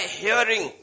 hearing